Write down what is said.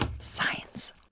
Science